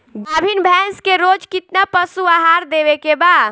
गाभीन भैंस के रोज कितना पशु आहार देवे के बा?